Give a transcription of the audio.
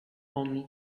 only